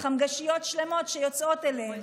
חמגשיות שלמות שיוצאות אליהם.